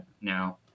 now